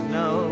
no